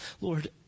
Lord